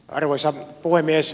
arvoisa puhemies